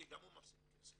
כי גם הוא מפסיד כסף.